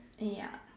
ya